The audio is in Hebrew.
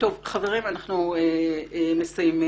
חברים, אנחנו מסיימים.